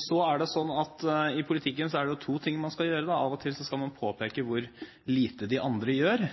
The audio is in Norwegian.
Så er det sånn i politikken at det er to ting man skal gjøre. Av og til skal man påpeke hvor lite de andre gjør,